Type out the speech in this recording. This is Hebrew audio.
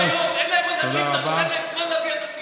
אין להם אנשים, אתה נותן להם זמן להביא אנשים.